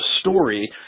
story